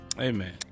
Amen